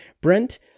Brent